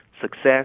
success